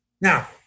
Now